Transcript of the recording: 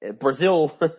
Brazil